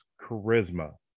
charisma